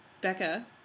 Becca